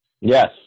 Yes